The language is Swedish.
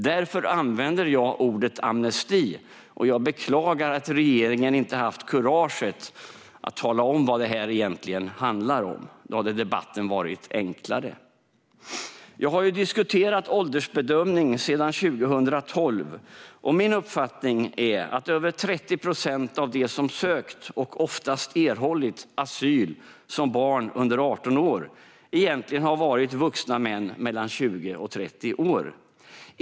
Därför använder jag ordet amnesti, och jag beklagar att regeringen inte har haft kuraget att tala om vad det här egentligen handlar om. Då hade debatten varit enklare. Jag har diskuterat åldersbedömning sedan 2012, och min uppfattning är att över 30 procent av dem som sökt och oftast erhållit asyl som barn under 18 år egentligen har varit vuxna män på mellan 20 och 30 år.